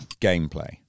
gameplay